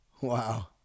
Wow